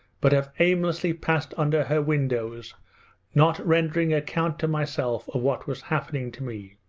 but have aimlessly passed under her windows not rendering account to myself of what was happening to me.